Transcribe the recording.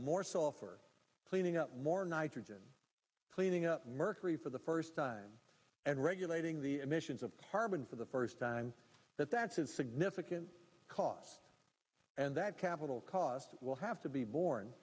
more sulfur cleaning up more nitrogen cleaning up mercury for the first time and regulating the emissions of carbon for the first time that that's a significant cost and that capital costs will have to be born